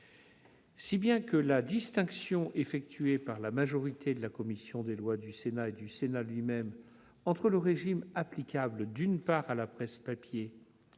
supports. La distinction effectuée par la majorité de la commission des lois et du Sénat lui-même entre le régime applicable, d'une part, à la presse sur papier et